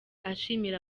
ashimira